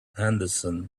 henderson